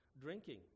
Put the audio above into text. drinking